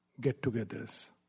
get-togethers